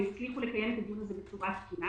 והצליחו לקיים את הדיון הזה בצורה תקינה.